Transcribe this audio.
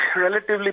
relatively